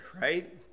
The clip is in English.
right